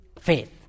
faith